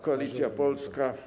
Koalicja Polska.